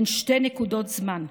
בין שתי נקודות זמן,